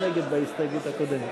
ההסתייגות השנייה של חברי הכנסת משה גפני,